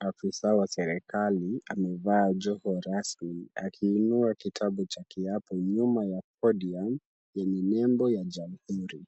Afisa wa serikali amevaa joho rasmi akiinua kitabu cha kiapo nyuma ya podium yenye nembo ya jamhuri.